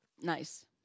Nice